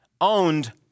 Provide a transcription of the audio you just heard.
owned